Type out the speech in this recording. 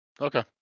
Okay